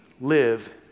live